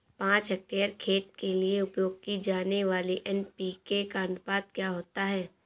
पाँच हेक्टेयर खेत के लिए उपयोग की जाने वाली एन.पी.के का अनुपात क्या होता है?